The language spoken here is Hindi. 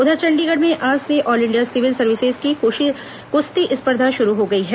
उधर चंडीगढ़ में आज से ऑल इंडिया सिविल सर्विसेस की कृश्ती स्पर्धा शुरू हो गई है